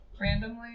randomly